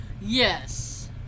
Yes